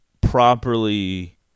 properly